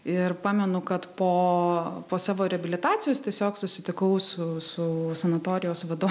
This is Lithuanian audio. ir pamenu kad po po savo reabilitacijos tiesiog susitikau su su sanatorijos vadu